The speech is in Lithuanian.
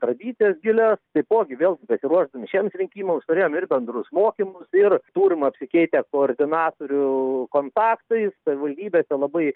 na turim tradicijas gilias taipogi vėl besiruošdami šiems rinkimams turėjom ir bendrus mokymus ir turim apsikeitę koordinatorių kontaktais savivaldybėse labai